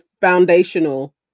foundational